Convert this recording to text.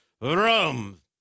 Rome